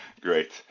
Great